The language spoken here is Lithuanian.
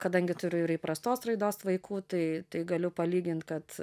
kadangi turiu ir įprastos raidos vaikų tai tai galiu palygint kad